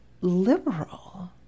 liberal